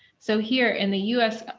so, here in the us.